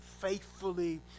faithfully